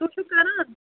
تُہۍ چھُو کَران